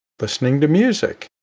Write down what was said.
listening to music,